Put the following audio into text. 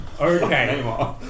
Okay